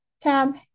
tab